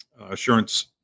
assurance